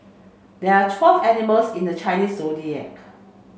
there are twelve animals in the Chinese Zodiac